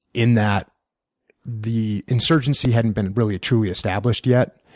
in that the insurgency hadn't been really, truly established yet.